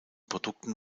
produkten